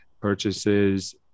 purchases